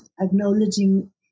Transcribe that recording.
acknowledging